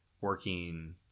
working